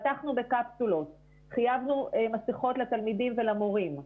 פתחנו בקפסולות, חייבנו מסכות לתלמידים ולמורים,